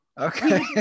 Okay